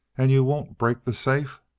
and you won't break the safe?